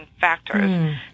factors